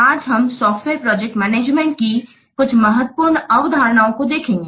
आज हम software project management की कुछ महत्वपूर्ण अवधारणाओं को देखेंगे